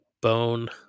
bone